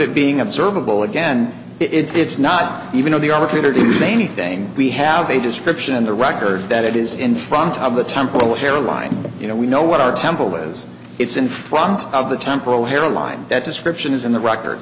it being observable again it's not even on the opportunity to say anything we have a description in the record that it is in front of the temple hairline you know we know what our temple is it's in front of the temporal hairline that description is in the record